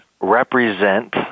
represent